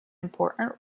important